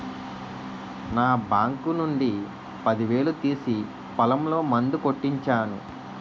నా బాంకు నుండి పదివేలు తీసి పొలంలో మందు కొట్టించాను